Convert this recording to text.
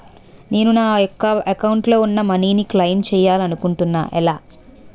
నేను నా యెక్క అకౌంట్ లో ఉన్న మనీ ను క్లైమ్ చేయాలనుకుంటున్నా ఎలా?